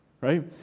Right